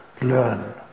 learn